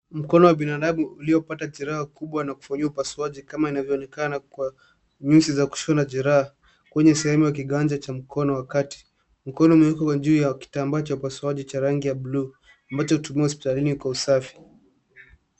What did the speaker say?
Mkono wa binadamu uliopata jeraha kubwa na kufanyiwa upasuaji kama inavyonekana kwa nyuzi za kushona jeraha, kwenye sehemu ya kiganja cha kati. Mkono huo umewekwa juu ya kitambaa cha upasuaji cha rangi ya bluu, ambacho hutumiwa hospitalini kwa usafi.